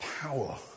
power